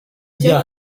icyo